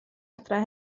adre